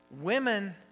women